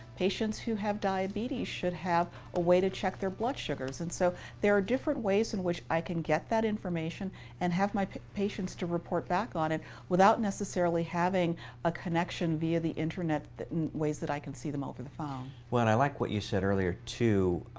patients who have diabetes should have a way to check their blood sugars. and so there are different ways in which i can get that information and have my patients to report back on it without necessarily having a connection via the internet in and ways that i can see them over the phone. well, and i like what you said earlier, too